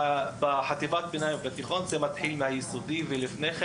בחטיבת הביניים ובתיכון צריך להתחיל מלהבין מה